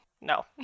No